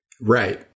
Right